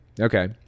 Okay